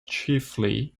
chiefly